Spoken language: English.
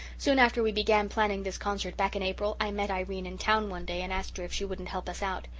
soon after we began planning this concert, back in april, i met irene in town one day and asked her if she wouldn't help us out.